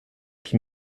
qui